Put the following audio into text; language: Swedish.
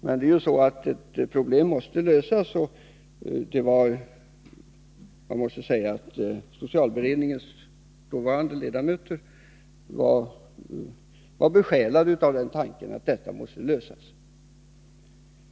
Men problemet måste ju lösas, och socialberedningens dåvarande ledamöter var besjälade av en vilja att nå en lösning.